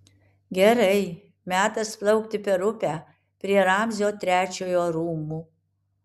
gerai metas plaukti per upę prie ramzio trečiojo rūmų